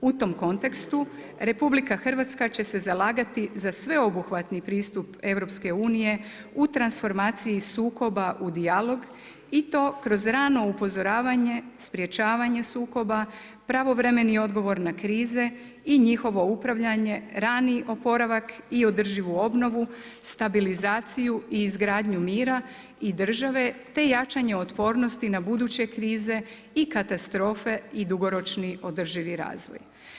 U tom kontekstu RH će se zalagati za sveobuhvatni pristup EU u transformaciji sukoba u dijalog i to kroz rano upozoravanje, sprječavanje sukoba, pravovremeni odgovor na krize i njihovo upravljanje, rani oporavak i održivu obnovu, stabilizaciju i izgradnju mira i države te jačanje otpornosti na buduće krize i katastrofe i dugoročni održivi razvoj.